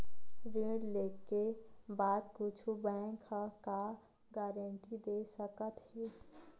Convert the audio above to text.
ऋण लेके बाद कुछु बैंक ह का गारेंटी दे सकत हे?